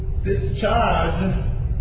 discharge